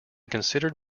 considered